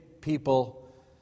people